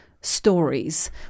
stories